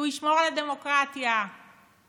בלילה שבין חמישי לשישי בשבוע שעבר הלך לעולמו ידיד נפש ואח